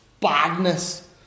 badness